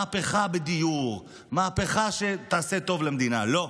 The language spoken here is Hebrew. מהפכה בדיור, מהפכה שתעשה טוב למדינה, לא.